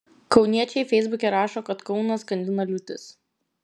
kauniečiai feisbuke rašo kad kauną skandina liūtis